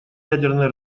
ядерное